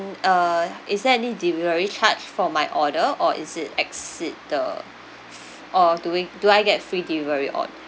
uh is there any delivery charge for my order or is it exceed the f~ or do we do I get free delivery on